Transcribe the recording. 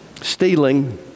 Stealing